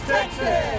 Texas